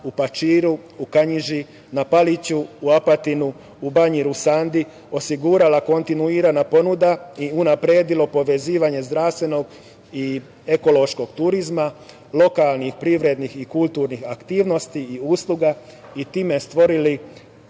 u Pačiru, u Kanjiži, na Paliću, u Apatinu, u Banji Rusandi osigurala kontinuirana ponuda i unapredilo povezivanje zdravstvenog i ekološkog turizma lokalnih privrednih i kulturnih aktivnosti i usluga i time stvorili